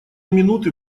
минуты